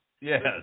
Yes